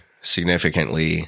significantly